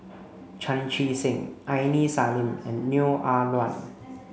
Chan Chee Seng Aini Salim and Neo Ah Luan